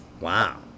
wow